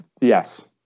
Yes